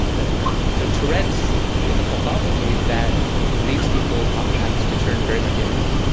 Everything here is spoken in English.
that's right. so tourette's is a pathology that leads people oftentimes to turn very much inward.